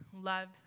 love